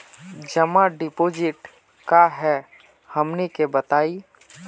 जमा डिपोजिट का हे हमनी के बताई?